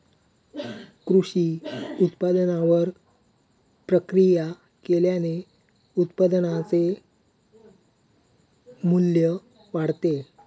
कृषी उत्पादनावर प्रक्रिया केल्याने उत्पादनाचे मू्ल्य वाढते